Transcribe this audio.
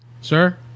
sir